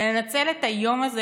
שננצל את היום הזה